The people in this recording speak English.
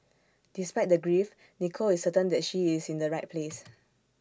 despite the grief Nicole is certain that she is in the right place